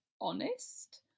honest